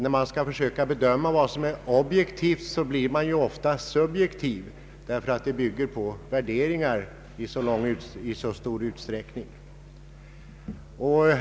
Då man skall försöka bedöma vad som är objektivt blir man ofta subjektiv därför att man i så stor utsträckning bygger på värderingar.